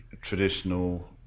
traditional